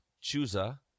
Chusa